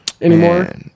anymore